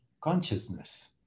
consciousness